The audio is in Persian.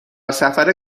سفر